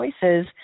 choices